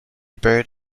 bird